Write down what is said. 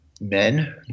men